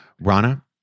Rana